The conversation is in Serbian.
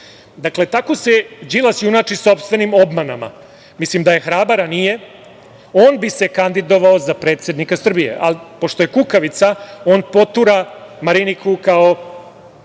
tako se Đilas junači sopstvenim obmanama. Da je hrabar, a nije, on bi se kandidovao sa predsednika Srbije, ali, pošto je kukavica, on potura Mariniku kao